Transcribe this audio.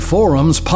Forums